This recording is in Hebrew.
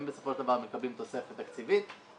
הם בסופו של דבר מקבלים תוספת תקציבית ומחליטים